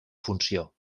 funció